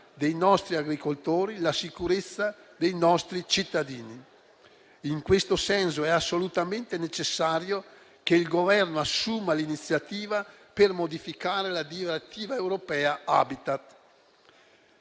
dei nostri agricoltori e la sicurezza dei nostri cittadini. In questo senso è assolutamente necessario che il Governo assuma l'iniziativa per modificare la direttiva europea Habitat.